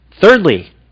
Thirdly